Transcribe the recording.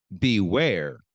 Beware